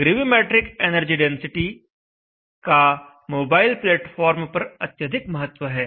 gravimetric energy density का mobile platform पर अत्यधिक महत्व है